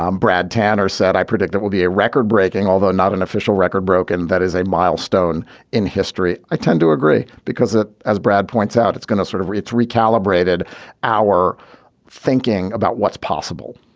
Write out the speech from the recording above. um brad tanner said i predict that will be a record breaking, although not an official record broken. that is a milestone in history. i tend to agree because ah as brad points out, it's going to sort of it's recalibrated our thinking about what's possible.